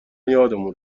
یادمون